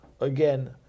again